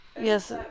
Yes